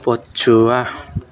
ପଛୁଆ